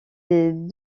des